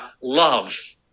love